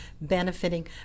benefiting